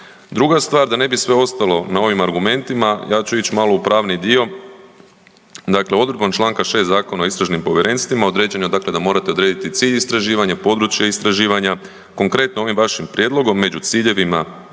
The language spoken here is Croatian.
Druga stvar, da ne bi sve ostalo na ovim argumentima ja ću ići malo u pravni dio. Dakle, odredbom čl. 6. Zakona o istražnim povjerenstvima određeno je dakle da morate odrediti cilj istraživanja i područje istraživanja. Konkretno ovim vašim prijedlogom među ciljevima